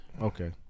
Okay